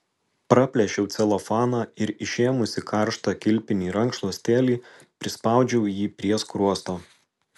praplėšiau celofaną ir išėmusi karštą kilpinį rankšluostėlį prispaudžiau jį prie skruosto